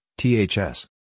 THS